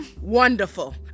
Wonderful